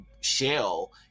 shell